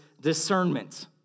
discernment